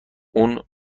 اون